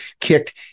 kicked